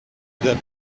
that